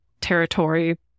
territory